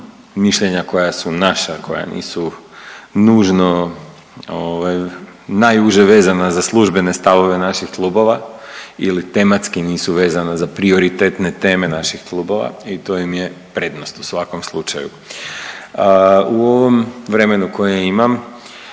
mišljenja koja su naša, koja nisu nužno najuže vezana za službene stavove naših klubova ili tematski nisu vezana za prioritetne teme naših klubova i to im je prednost u svakom slučaju. U ovom vremenu koje imam